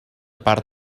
part